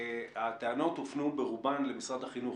הטענות הופנו ברובן למשרד החינוך,